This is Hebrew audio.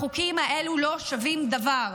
החוקים האלה לא שווים דבר.